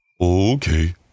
Okay